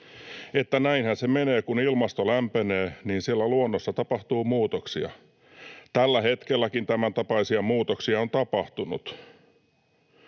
näinhän se menee, kun ilmasto lämpenee, niin siellä luonnossa tapahtuu muutoksia. Tällä hetkelläkin tämäntapaisia muutoksia on tapahtunut.